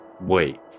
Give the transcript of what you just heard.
Wait